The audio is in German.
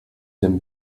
dem